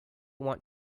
want